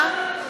(קוראת בשמות חברי הכנסת) אמיר אוחנה,